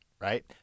Right